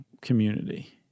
community